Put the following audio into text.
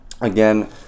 Again